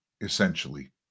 essentially